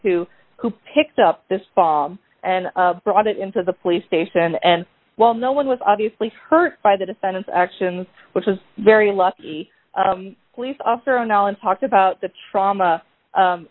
two who picked up this fall and brought it into the police station and well no one was obviously hurt by the defendant's actions which was very lucky police officer on allen talked about the trauma